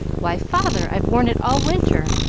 why, father, i've worn it all winter,